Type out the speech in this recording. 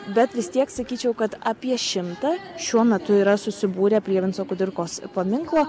bet vis tiek sakyčiau kad apie šimtą šiuo metu yra susibūrę prie vinco kudirkos paminklo